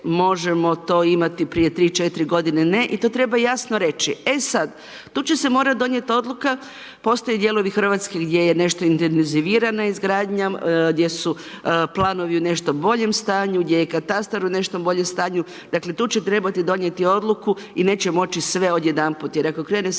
možemo to imati prije 3, 4 g. i to treba jasno reć. E sad, tu će se morati donijeti odluka, postoje dijelovi Hrvatske gdje je nešto intenzivirano izgradnjom, gdje su planovi nešto u boljem stanju, gdje je katastar u nešto boljem stanju, dakle tu će trebati donijeti odluku i neće moći sve odjedanput jer ako krene sve